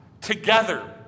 together